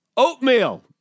Oatmeal